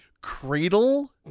Cradle